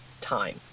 time